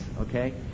okay